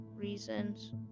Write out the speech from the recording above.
reasons